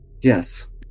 Yes